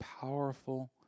powerful